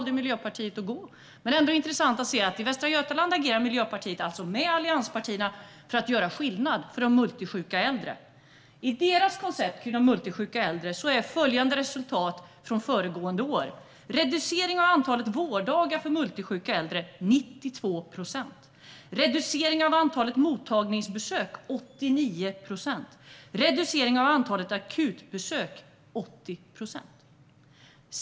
Det är intressant att se att Miljöpartiet agerar med allianspartierna i Västra Götaland för att göra skillnad för de multisjuka äldre. Deras koncept för de multisjuka äldre visar följande resultat från föregående år: en 92-procentig reducering av antalet vårddagar för multisjuka äldre, en 89-procentig reducering av antalet mottagningsbesök och en 80procentig reducering av antalet akutbesök.